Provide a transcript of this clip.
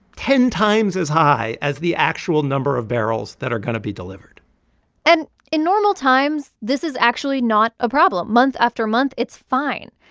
ten times as high as the actual number of barrels that are going to be delivered and in normal times, this is actually not a problem. month after month, it's fine,